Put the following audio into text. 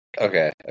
okay